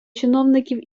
чиновників